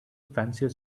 fancier